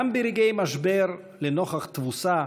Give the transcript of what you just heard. גם ברגעי משבר, לנוכח תבוסה,